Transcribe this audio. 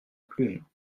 plume